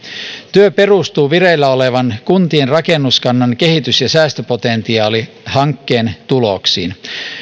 työ perustuu vireillä olevan kuntien rakennuskannan kehitys ja säästöpotentiaali hankkeen tuloksiin